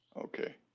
Okay